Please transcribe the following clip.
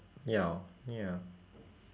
ya ya